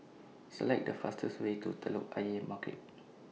Select The fastest Way to Telok Ayer Market